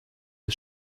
his